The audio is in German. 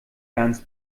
ganz